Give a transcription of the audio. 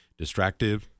distractive